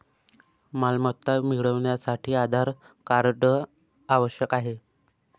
मालमत्ता मिळवण्यासाठी आधार कार्ड आवश्यक आहे